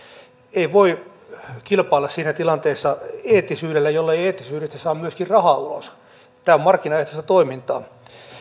ei voi kilpailla siinä tilanteessa eettisyydellä jollei eettisyydestä saa myöskin rahaa ulos tämä on markkinaehtoista toimintaa